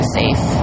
safe